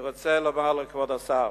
אני רוצה לומר לכבוד השר: